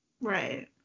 right